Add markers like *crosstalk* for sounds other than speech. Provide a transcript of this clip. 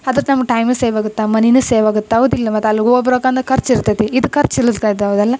ಅದ್ರ *unintelligible* time save ಆಗತ್ತೆ ಮನಿನು ಸೇವ್ ಆಗತ್ತೆ ಹೌದಿಲ್ಲೊ ಮತ್ತೆ ಅಲ್ಲಿ ಹೋಬರಾಕನ್ನ ಖರ್ಚು ಇರ್ತೈತೆ ಇದು ಖರ್ಚು ಇಲ್ಲದ್ದು *unintelligible* ಹೌದಲ್ಲ